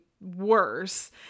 worse